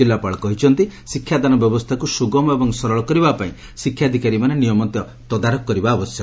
ଜିଲ୍ଲାପାଳ କହିଛନ୍ତି ଶିକ୍ଷାଦାନ ବ୍ୟବସ୍ଥାକୁ ସୁଗମ ଏବଂ ସରଳ କରିବା ପାଇଁ ଶିକ୍ଷାଧିକାରୀମାନେ ନିୟମିତ ତଦାରଖ କରିବା ଆବଶ୍ୟକ